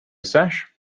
sash